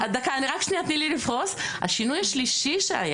השינוי השלישי,